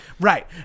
Right